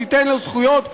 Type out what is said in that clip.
תיתן לו זכויות,